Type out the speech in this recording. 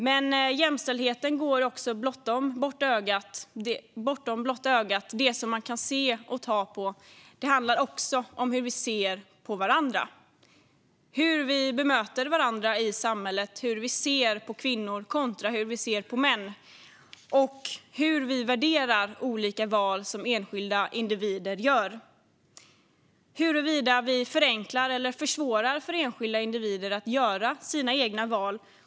Men jämställdheten går bortom det vi kan se med blotta ögat och det vi kan ta på; det handlar också om hur vi ser på varandra. Det handlar om hur vi bemöter varandra i samhället och hur vi ser på kvinnor kontra hur vi ser på män. Det handlar om hur vi värderar olika val som enskilda individer gör och om huruvida vi förenklar eller försvårar för enskilda individer att göra sina egna val.